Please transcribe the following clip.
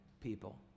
people